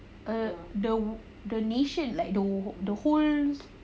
uh the the donation like the whole